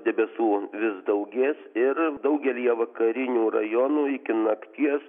debesų vis daugės ir daugelyje vakarinių rajonų iki nakties